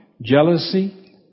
jealousy